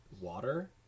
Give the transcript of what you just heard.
water